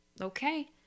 Okay